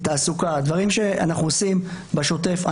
תעסוקה, דברים שאנחנו עושים בשוטף.